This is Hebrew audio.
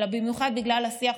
אלא במיוחד בגלל השיח,